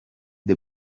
the